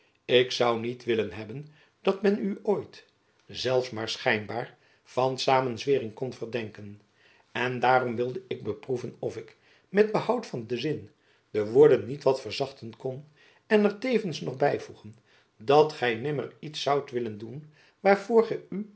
ik zoû niet willen hebben dat men u ooit zelfs maar schijnbaar van samenzwering kon verdenken en daarom wilde ik beproeven of ik met behoud van den zin de woorden niet wat verzachten kon en er tevens nog byvoegen dat gy nimmer iets zoudt willen doen